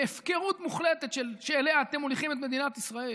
בהפקרות מוחלטת שאליה אתם מוליכים את מדינת ישראל.